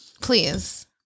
please